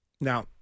Now